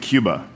Cuba